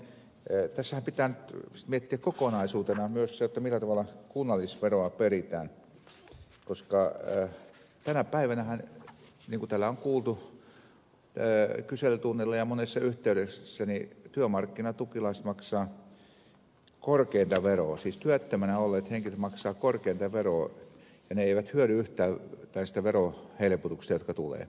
nimittäin tässähän pitää nyt miettiä kokonaisuutena myös jotta millä tavalla kunnallisveroa peritään koska tänä päivänähän niin kuin täällä on kuultu kyselytunneilla ja monessa yhteydessä työmarkkinatukilaiset maksavat korkeinta veroa siis työttömänä olevat henkilöt maksavat korkeinta veroa ja he eivät hyödy yhtään näistä verohelpotuksista jotka tulevat